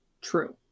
true